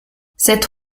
cette